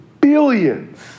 billions